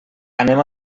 anem